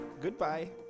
goodbye